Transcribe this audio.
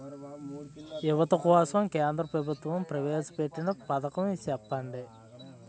యువత కోసం కేంద్ర ప్రభుత్వం ప్రవేశ పెట్టిన పథకం చెప్పండి?